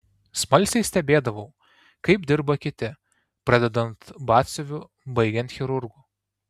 smalsiai stebėdavau kaip dirba kiti pradedant batsiuviu baigiant chirurgu